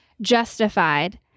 justified